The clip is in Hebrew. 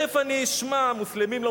מוסלמים,